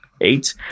Eight